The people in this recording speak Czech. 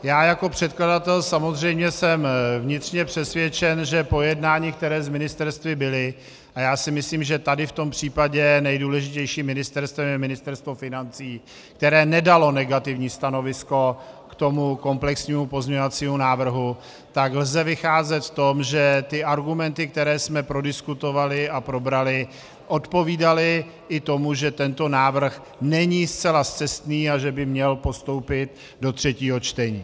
Já jako předkladatel samozřejmě jsem vnitřně přesvědčen, že po jednání, která s ministerstvy byla já si myslím tady v tom případě je nejdůležitějším ministerstvem Ministerstvo financí, které nedalo negativní stanovisko k tomu komplexnímu pozměňovacímu návrhu , lze vycházet z toho, že ty argumenty, které jsme prodiskutovali a probrali, odpovídaly i tomu, že tento návrh není zcela scestný a že by měl postoupit do třetího čtení.